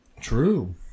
True